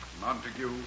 Montague